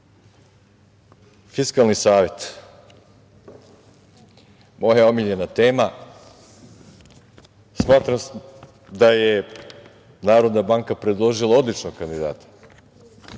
Fiskalni savet, moja omiljena tema, smatram da je Narodna banka predložila odličnog kandidata